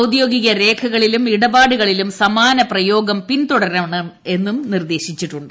ഔദ്യോഗിക രേഖകളിലും ഇടപാടുകളിലും സമാനപ്രയോഗം പിന്തുടരണമെന്നും നിർദ്ദേശിച്ചിട്ടുണ്ട്